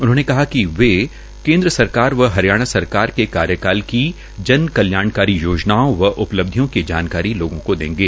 उन्होंने कहा कि वे केन्द्र सरकार व हरियाणा सरकार के कार्यकाल की जन कल्याणकारी योजनाओं एवं उपलब्धियों की जानकारी लोगों को देंगे